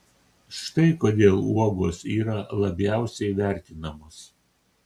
štai kodėl uogos yra labiausiai vertinamos